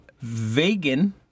vegan